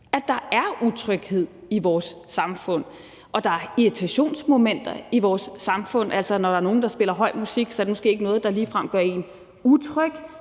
at der er utryghed i vores samfund, og at der er irritationsmomenter i vores samfund. Altså, når der er nogle, der spiller høj musik, er det måske ikke noget, der ligefrem gør en utryg,